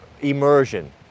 immersion